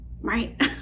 right